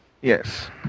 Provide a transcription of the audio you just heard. Yes